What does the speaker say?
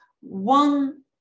one